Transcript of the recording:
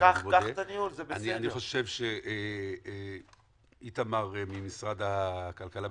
אני חושב שאיתמר ממשרד הכלכלה,